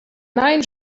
nine